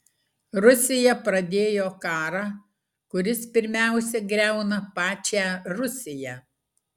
rusija pradėjo karą kuris pirmiausia griauna pačią rusiją